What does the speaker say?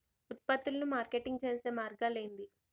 ఉత్పత్తులను మార్కెటింగ్ చేసే మార్గాలు ఏంది?